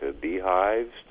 beehives